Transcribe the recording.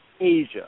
Asia